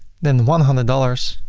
than one hundred dollars,